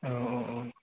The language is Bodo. औ औ औ